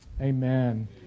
amen